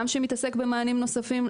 גם שמתעסק במענים נוספים.